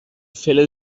fellow